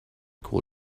cool